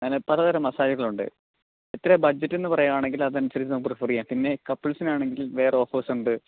അങ്ങനെ പലതരം മസ്സേജുകളുണ്ട് എത്രയാണ് ബഡ്ജറ്റെന്നു പറയുകയാണെങ്കിൽ അതനുസരിച്ച് നമുക്ക് പ്രെഫർ ചെയ്യാം പിന്നെ കപ്പിൾസിനാണെങ്കിൽ വേറെ ഓഫേഴ്സുണ്ട്